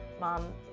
mom